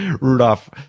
Rudolph